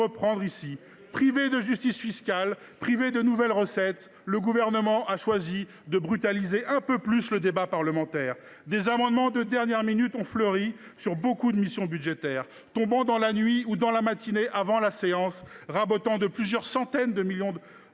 Sénat. Privé de justice fiscale et de nouvelles recettes, le Gouvernement a choisi de brutaliser un peu plus le débat parlementaire. Des amendements de dernière minute ont fleuri sur beaucoup de missions budgétaires, déposés dans la nuit ou dans la matinée avant la séance, rabotant de plusieurs centaines de millions